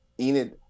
Enid